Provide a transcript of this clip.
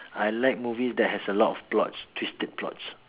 I like movies that have a lot of plots twisted plots